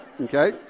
Okay